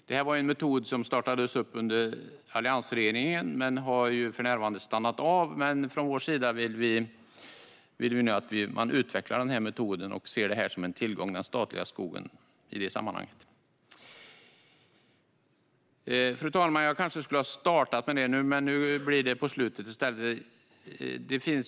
Det är en metod som startades upp under alliansregeringens tid men som för närvarande har stannat av. Vi vill nu att man utvecklar den här metoden och ser den statliga skogen som en tillgång i sammanhanget. Fru talman! Jag kanske skulle ha inlett med detta, men nu avslutar jag med det i stället.